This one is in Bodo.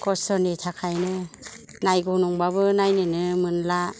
खस्ट'नि थाखायनो नायगौ नंबाबो नायनोनो मोनला